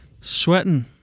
Sweating